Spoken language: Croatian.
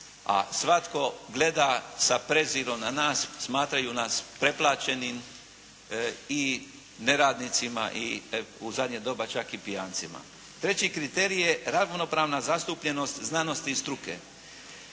A svatko gleda sa prezirom na nas, smatraju nas preplaćenim i neradnicima i u zadnje doba čak i pijancima. Treći kriterij je ravnopravna zastupljenost znanosti i struke.